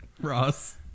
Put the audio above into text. Ross